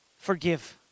forgive